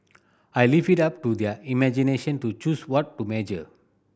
I'll leave it up to their imagination to choose what to measure